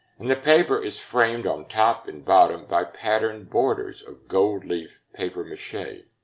and the paper is framed on top and bottom by patterned borders of gold-leaf papier-mache.